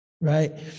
right